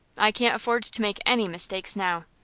i can't afford to make any mistakes now.